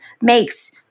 makes